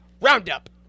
Roundup